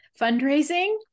fundraising